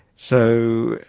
so,